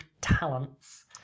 talents